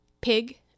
PIG